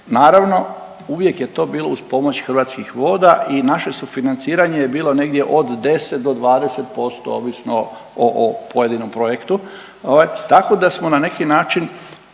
naravno uvijek je to bilo uz pomoć hrvatskih voda i naše sufinanciranje je bilo negdje od 10 do 20% ovisno o pojedinom projektu, tako da smo na neki način